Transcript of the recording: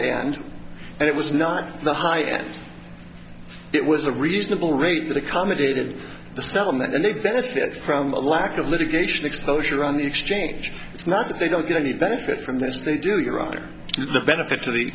end and it was not the high end it was a reasonable rate that accommodated the settlement and they benefit from a lack of litigation exposure on the exchange it's not that they don't get any benefit from this they do your honor the benefit to the